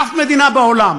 אף מדינה בעולם,